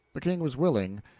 the king was willing,